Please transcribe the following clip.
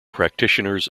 practitioners